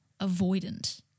avoidant